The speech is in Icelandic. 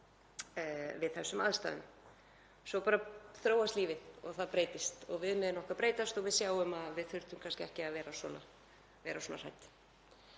við þessum aðstæðum. Svo bara þróast lífið og það breytist og viðmiðin okkar breytast og við sjáum að við þurftum kannski ekki að vera svona hrædd.